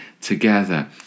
together